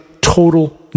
total